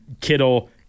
Kittle